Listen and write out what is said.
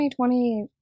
2020